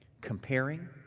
comparing